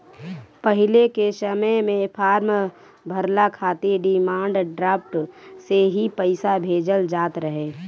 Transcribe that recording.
पहिले के समय में फार्म भरला खातिर डिमांड ड्राफ्ट से ही पईसा भेजल जात रहे